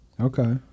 Okay